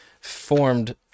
formed